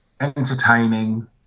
Entertaining